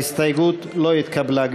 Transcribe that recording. לא נתקבלה.